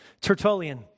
Tertullian